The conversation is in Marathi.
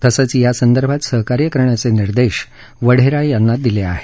तसंच या संदर्भात सहकार्य करण्याचे निर्देश वढेरा यांना दिले आहेत